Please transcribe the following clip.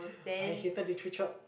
I hated Literature